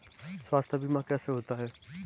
स्वास्थ्य बीमा कैसे होता है?